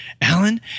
Alan